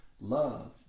love